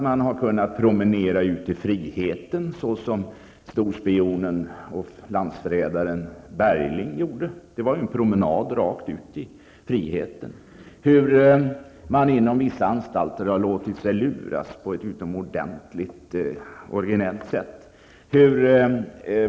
Man har kunnat promenera ut i friheten, så som storspionen och landsförrädaren Bergling gjorde. Det var en promenad rakt ut i friheten. Inom vissa anstalter han man låtit sig luras på ett utomordentligt originellt sätt.